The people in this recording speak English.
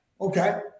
Okay